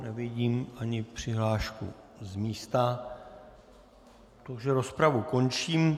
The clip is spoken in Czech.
Nevidím ani přihlášku z místa, takže rozpravu končím.